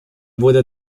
wurde